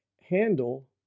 handle